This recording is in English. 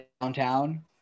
downtown